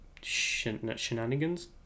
shenanigans